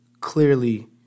clearly